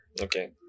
Okay